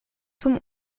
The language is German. zum